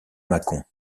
mâcon